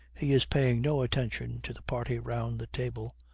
he is paying no attention to the party round the table.